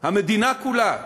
המדינה כולה,